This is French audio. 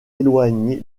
éloigné